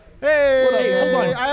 Hey